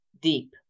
deep